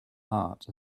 heart